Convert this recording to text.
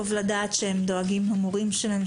טוב לדעת שהם דואגים למורים שלהם,